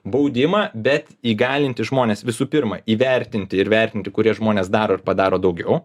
baudimą bet įgalinti žmones visų pirma įvertinti ir vertinti kurie žmones daro padaro daugiau